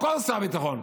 הביטחון, וכל שר ביטחון,